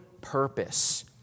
purpose